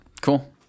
cool